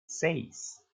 seis